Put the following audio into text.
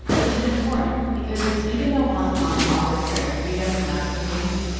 which is important because even though hong kong offered certain freedoms and opportunities,